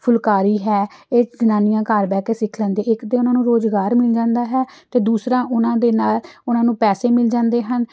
ਫੁਲਕਾਰੀ ਹੈ ਇਹ ਜਨਾਨੀਆਂ ਘਰ ਬਹਿ ਕੇ ਸਿੱਖ ਲੈਂਦੇ ਇੱਕ ਤਾਂ ਉਹਨਾਂ ਨੂੰ ਰੁਜ਼ਗਾਰ ਮਿਲ ਜਾਂਦਾ ਹੈ ਅਤੇ ਦੂਸਰਾ ਉਹਨਾਂ ਦੇ ਨਾਲ ਉਹਨਾਂ ਨੂੰ ਪੈਸੇ ਮਿਲ ਜਾਂਦੇ ਹਨ